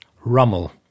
Rommel